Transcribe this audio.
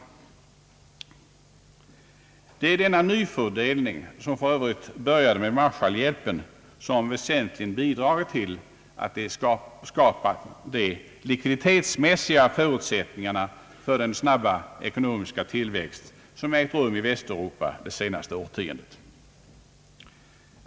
Det är denna nyfördelning, som för övrigt började med Marshallhjälpen, som väsentligt bidragit till att skapa de likviditetsmässiga förutsättningarna för den snabba ekonomiska tillväxt som ägt rum i Västeuropa det senaste årtiondet.